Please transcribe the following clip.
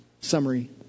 summary